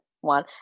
one